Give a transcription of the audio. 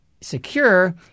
secure